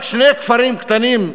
רק שני כפרים קטנים,